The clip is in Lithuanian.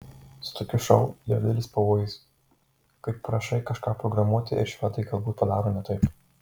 su tokiu šou yra didelis pavojus kai prašai kažką programuoti ir švedai galbūt padaro ne taip